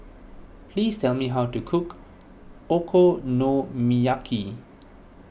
please tell me how to cook Okonomiyaki